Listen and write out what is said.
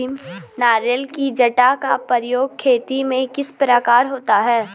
नारियल की जटा का प्रयोग खेती में किस प्रकार होता है?